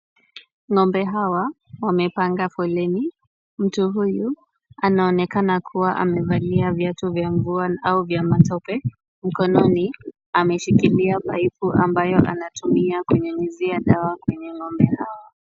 Ng'ombe hawa wamepanga foleni. Mtu huyu anaonekana kua amevalia viatu vya mvua ama vya matope. Mkononi ameshikilia paipu ambayo anatumia kunyunyizia dawa kwenye ng'ombe hao.